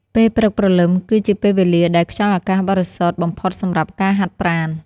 ពេលព្រឹកព្រលឹមគឺជាពេលវេលាដែលខ្យល់អាកាសបរិសុទ្ធបំផុតសម្រាប់ការហាត់ប្រាណ។